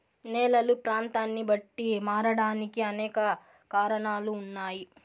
నేలలు ప్రాంతాన్ని బట్టి మారడానికి అనేక కారణాలు ఉన్నాయి